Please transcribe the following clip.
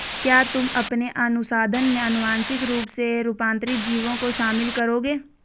क्या तुम अपने अनुसंधान में आनुवांशिक रूप से रूपांतरित जीवों को शामिल करोगे?